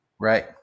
Right